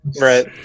right